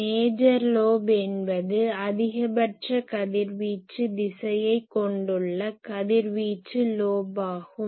major lobe என்பது அதிகபட்ச கதிர்வீச்சு திசையைக் கொண்டுள்ள கதிர்வீச்சு லோப் ஆகும்